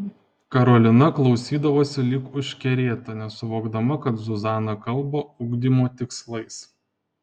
karolina klausydavosi lyg užkerėta nesuvokdama kad zuzana kalba ugdymo tikslais